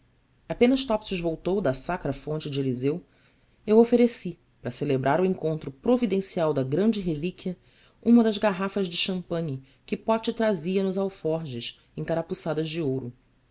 apenas topsius voltou da sacra fonte de eliseu eu ofereci para celebrar o encontro providencial da grande relíquia uma das garrafas de champagne que pote trazia nos alforjes encarapuçadas de ouro